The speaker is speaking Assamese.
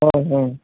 অঁ অঁ